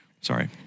Sorry